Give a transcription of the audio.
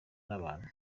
n’abantu